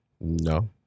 No